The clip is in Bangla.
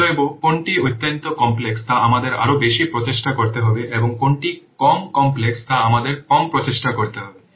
অতএব কোনটি অত্যন্ত কমপ্লেক্স তা আমাদের আরও বেশি প্রচেষ্টা করতে হবে এবং কোনটি কম কমপ্লেক্স তা আমাদের কম প্রচেষ্টা করতে হবে